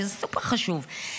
שזה סופר-חשוב,